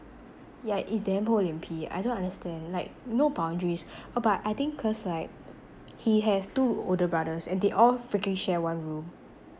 yeah it's damn 厚脸皮 I don't understand like no boundaries oh but I think cause like he has two older brothers and they all freaking share one room